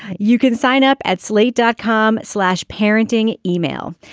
you can sign up at slate dot com slash parenting email.